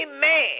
man